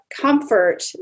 comfort